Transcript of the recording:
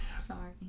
Sorry